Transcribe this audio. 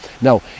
now